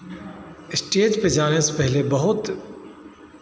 stage पे जाने से पहले बहुत